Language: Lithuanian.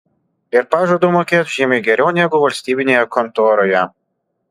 ir pažadu mokėt žymiai geriau negu valstybinėje kontoroje